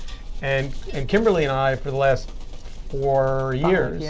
and and kimberly and i, for the last four years yeah